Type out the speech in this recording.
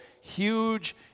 huge